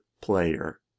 player